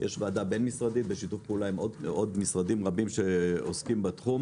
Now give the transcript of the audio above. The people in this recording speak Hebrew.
יש ועדה בינמשרדית בשיתוף פעולה עם עוד משרדים רבים שעוסקים בתחום,